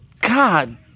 God